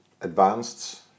advanced